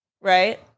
right